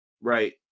Right